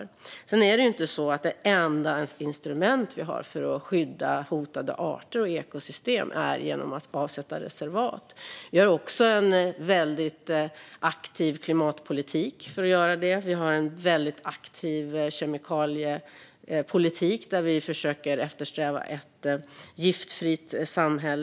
Sedan är det inte så att det enda instrument vi har för att skydda hotade arter och ekosystem är att avsätta reservat. Vi har också en väldigt aktiv klimatpolitik. Vi har en väldigt aktiv kemikaliepolitik, där vi försöker eftersträva ett giftfritt samhälle.